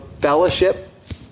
fellowship